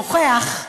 נוכֵחַ.